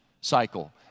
cycle